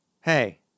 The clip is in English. Hey